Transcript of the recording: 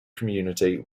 community